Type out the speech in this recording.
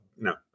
No